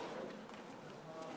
בבקשה,